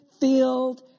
filled